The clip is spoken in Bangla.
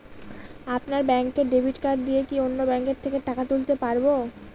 আপনার ব্যাংকের ডেবিট কার্ড দিয়ে কি অন্য ব্যাংকের থেকে টাকা তুলতে পারবো?